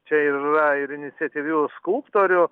čia yra ir iniciatyvių skulptorių